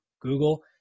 google